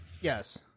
Yes